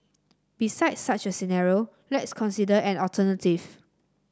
besides such a scenario let's consider an alternative